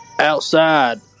Outside